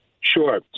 Sure